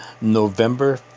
november